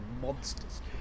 monsters